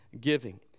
giving